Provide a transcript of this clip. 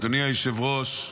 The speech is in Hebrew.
אדוני היושב-ראש,